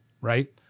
right